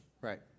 Right